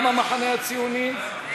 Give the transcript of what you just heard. גם המחנה הציוני,